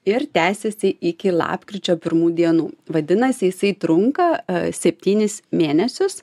ir tęsiasi iki lapkričio pirmų dienų vadinasi jisai trunka e septynis mėnesius